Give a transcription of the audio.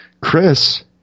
Chris